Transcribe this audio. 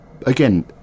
again